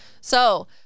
So-